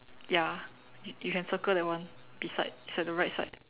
ya you can circle that one beside it's at the right side